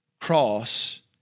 Cross